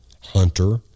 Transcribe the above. hunter